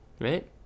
right